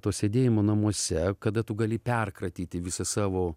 to sėdėjimo namuose kada tu gali perkratyti visą savo